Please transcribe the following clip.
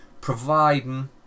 Providing